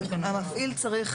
המפעיל צריך